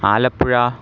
Alappuzha